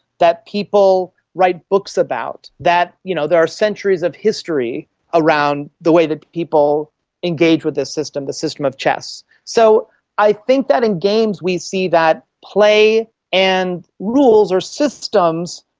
that people write books about, that you know there are centuries of history around the way that people engage with this system, the system of chess. so i think that in games we see that play and rules or systems,